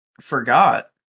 forgot